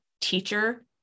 teacher